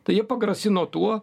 tai jie pagrasino tuo